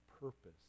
purpose